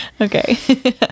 Okay